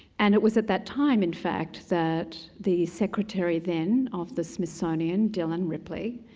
and it was at that time in fact that the secretary then of the smithsonian dillon ripley,